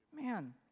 Man